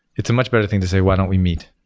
it's a much better thing to say why don't we meet?